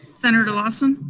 senator lawson?